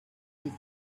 des